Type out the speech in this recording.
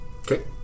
Okay